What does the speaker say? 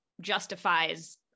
justifies